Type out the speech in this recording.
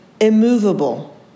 immovable